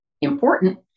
important